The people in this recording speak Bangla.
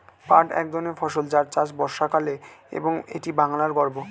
পাট এক ধরনের ফসল যার চাষ বর্ষাকালে হয় এবং এটি বাংলার গর্ব